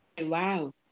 Wow